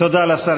תודה לשר.